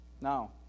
Now